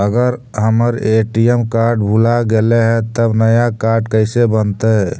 अगर हमर ATM card भुला गैलै हे तब नया काड कइसे बनतै?